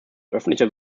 öffentlicher